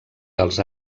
dels